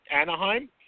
Anaheim